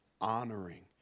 Honoring